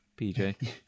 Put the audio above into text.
PJ